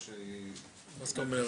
זאת נקודה.